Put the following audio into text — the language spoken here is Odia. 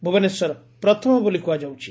ଭୁବନେଶ୍ୱର ପ୍ରଥମ ବୋଲି କୁହାଯାଉଛି